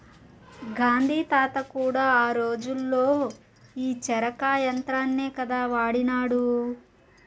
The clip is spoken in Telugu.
గాంధీ తాత కూడా ఆ రోజుల్లో ఈ చరకా యంత్రాన్నే కదా వాడినాడు